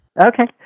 Okay